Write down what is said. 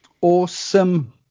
Awesome